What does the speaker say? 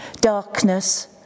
darkness